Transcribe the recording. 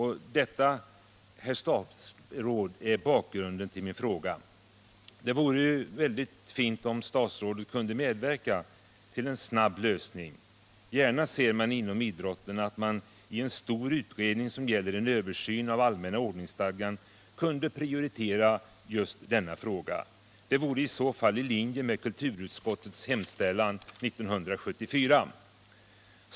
Det är, herr statsråd, bakgrunden till min fråga. Det vore mycket fint om statsrådet kunde medverka till en snabb lösning. Gärna skulle man inom idrottsrörelsen se att just denna fråga kunde prioriteras i en stor utredning som gäller en översyn av allmänna ordningsstadgan. Det vore i så fall i linje med konstitutionsutskottets hemställan år 1974.